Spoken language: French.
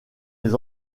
les